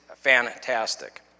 fantastic